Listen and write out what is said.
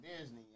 Disney